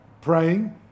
praying